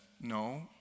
No